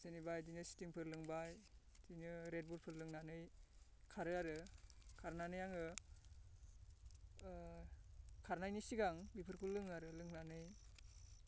जेनेबा बिदिनो स्टिंफोर लोंबाय बिदिनो रेडबुलफोर लोंनानै खारो आरो खारनानै आङो खारनायनि सिगां बेफोरखौ लोङो आरो लोंनानै